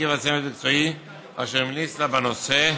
ואף הקימה צוות מקצועי אשר המליץ לה בנושא.